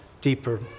deeper